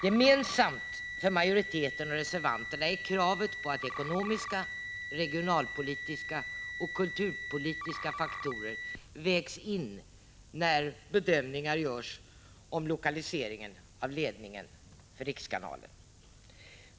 Gemensamt för majoriteten och reservanterna är kravet på att ekonomiska, regionalpolitiska och kulturpolitiska faktorer vägs in i bedömningarna om lokalisering av ledningen för rikskanalen.